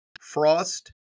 Frost